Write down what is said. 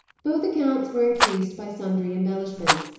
both accounts were increased by sundry embellishments,